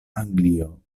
anglio